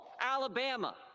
Alabama